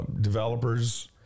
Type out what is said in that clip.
developers